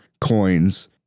coins